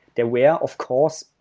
they're aware of course.